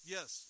Yes